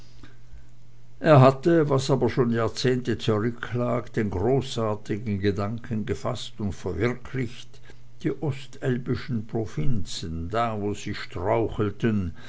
er hatte was aber schon jahrzehnte zurücklag den großartigen gedanken gefaßt und verwirklicht die ostelbischen provinzen da wo sie strauchelten